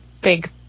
big